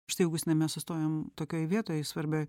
štai augustinai mes sustojom tokioj vietoj svarbioj